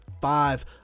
five